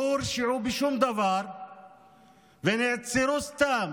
לא הורשעו בשום דבר ונעצרו סתם